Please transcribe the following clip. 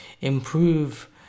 improve